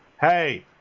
Hey